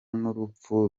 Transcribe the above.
n’urupfu